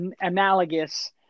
analogous